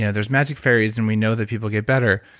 yeah there's magic fairies and we know that people get better.